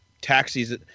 taxis